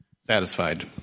Satisfied